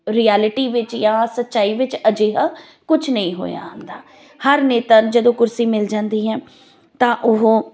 reality ਵਿੱਚ ਜਾਂ ਸਚਾਈ ਵਿੱਚ ਅਜਿਹਾ ਕੁਛ ਨਹੀਂ ਹੋਇਆ ਹੁੰਦਾ ਹਰ ਨੇਤਾ ਨੂੰ ਜਦੋਂ ਕੁਰਸੀ ਮਿਲ ਜਾਂਦੀ ਹੈ ਤਾਂ ਉਹ